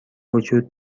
وجود